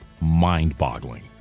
mind-boggling